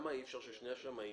למה אי אפשר ששני השמאים